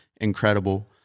incredible